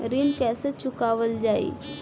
ऋण कैसे चुकावल जाई?